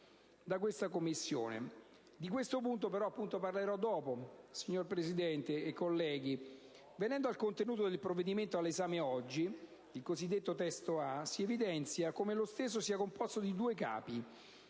dalla Commissione. Di questo punto però parlerò in seguito, signor Presidente e colleghi. Venendo al contenuto del provvedimento all'esame oggi, il cosiddetto testo A, si evidenza come lo stesso sia composto di due capi: